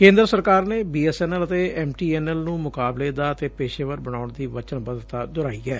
ਕੇ'ਦਰ ਸਰਕਾਰ ਨੇ ਬੀ ਐਸ ਐਨ ਐਲ ਅਤੇ ਐਮ ਟੀ ਐਨ ਐਲ ਨੂੰ ਮੁਕਾਬਲੇ ਦਾ ਅਤੇ ਪੇਸ਼ੇਵਰ ਬਣਾਉਣ ਦੀ ਵਚਨਬੱਧਤਾ ਦੁਹਰਾਈ ਐ